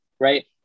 right